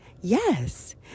Yes